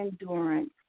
endurance